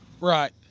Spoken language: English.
Right